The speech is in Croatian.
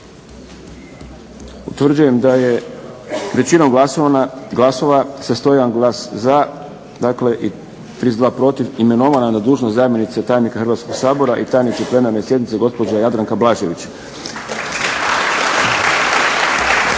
Utvrđujem da je većinom glasova sa 101 glasom za i 32 protiv razriješen dužnosti zamjenika tajnika Hrvatskog sabora i tajnika plenarne sjednice gospodin Ivan Bukarica.